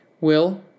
Will